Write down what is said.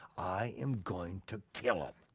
i am going to kill him.